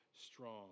strong